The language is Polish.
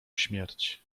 śmierć